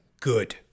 Good